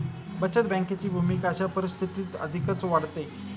बचत बँकेची भूमिका अशा परिस्थितीत अधिकच वाढते